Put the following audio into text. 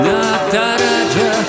Nataraja